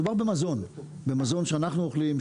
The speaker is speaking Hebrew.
מדובר במזון שאנחנו אוכלים,